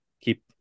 keep